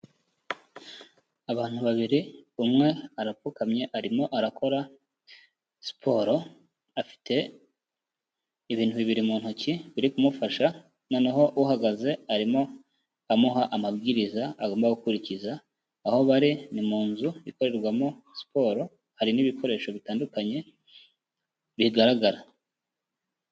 Abantu babiri umwe arapfukamye arimo arakora siporo, afite ibintu bibiri mu ntoki biri kumufasha noneho uhagaze arimo amuha amabwiriza agomba gukurikiza, aho bari ni mu nzu ikorerwamo siporo, hari n'ibikoresho bitandukanye bigaragara.